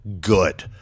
good